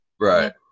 Right